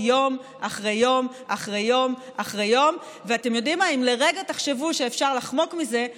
עכשיו רוצים להעניש ולזרוק את האנשים ממנו החוצה.